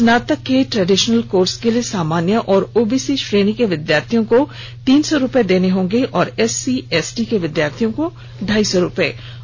स्नातक के traditional course के लिए सामान्य और ओबीसी श्रेणी के विद्यार्थियों को तीन सौ रूपए देने होंगे तथा एससी और एसटी के विद्यार्थियों को ढाई सौ रूपए लगेंगे